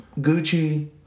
Gucci